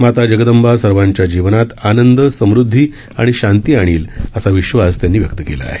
माता जगदंबा सर्वांच्या जीवनात आनंद समुद्धी आणि शांती आणील असा विश्वास त्यांनी व्यक्त केला आहे